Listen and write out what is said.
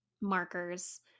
markers